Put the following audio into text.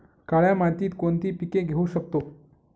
काळ्या मातीत कोणती पिके घेऊ शकतो?